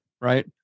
right